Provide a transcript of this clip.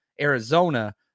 Arizona